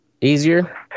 easier